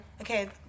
Okay